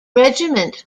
regiment